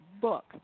book